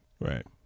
Right